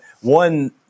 one